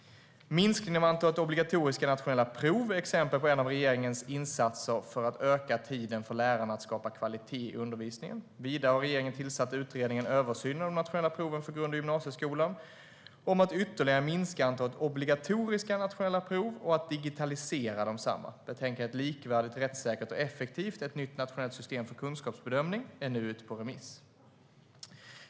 Minskningen av antalet obligatoriska nationella prov är exempel på en av regeringens insatser för att öka tiden för lärarna att skapa kvalitet i undervisningen. Vidare har regeringen tillsatt utredningen Översyn av de nationella proven för grund och gymnasieskolan, om att ytterligare minska antalet obligatoriska nationella prov och att digitalisera desamma. Betänkandet Likvärdigt, rätts säkert och effektivt - ett nytt nationellt system för kunskapsbedömning är nu ute på remiss.